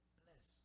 bless